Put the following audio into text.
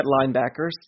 linebackers